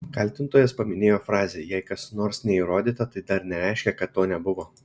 kaltintojas paminėjo frazę jei kas nors neįrodyta tai dar nereiškia kad to nebuvo